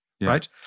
right